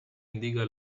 indica